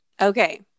Okay